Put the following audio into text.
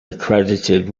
accredited